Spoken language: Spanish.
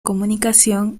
comunicación